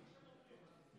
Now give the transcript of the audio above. אשריך.